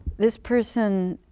this person